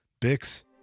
Bix